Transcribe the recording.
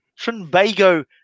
Trinbago